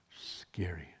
Scary